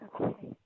Okay